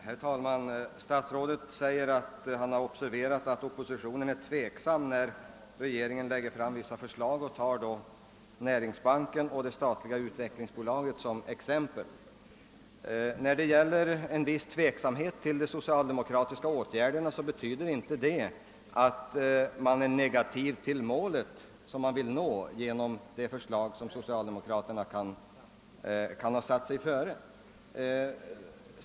Herr talman! Statsrådet säger att han observerat att oppositionen är tveksam när regeringen lägger fram vissa förslag, och han nämner därvid som exempel investeringsbanken och det statliga utvecklingsbolaget. Denna tveksamhet inför de socialdemokratiska åtgärderna betyder dock inte att vi är negativa till de mål som socialdemokraterna genom sina förslag vill nå.